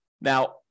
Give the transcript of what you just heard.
Now